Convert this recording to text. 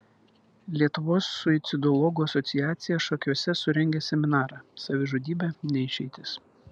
lietuvos suicidologų asociacija šakiuose surengė seminarą savižudybė ne išeitis